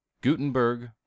Gutenberg